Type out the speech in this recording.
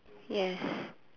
yes